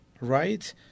right